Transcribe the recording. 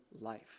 life